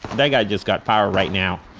that guy just got power right now,